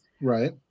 Right